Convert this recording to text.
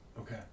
Okay